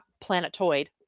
planetoid